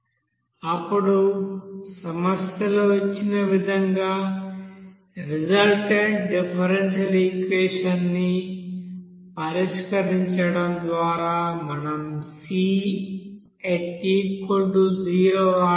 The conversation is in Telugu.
అప్పుడు సమస్యలో ఇచ్చిన విధంగా రిజల్ట్రన్ట్ డిఫరెన్సియల్ ఈక్వెషన్ ని పరిష్కరించడం ద్వారా మనం C|t0 వ్రాయవచ్చు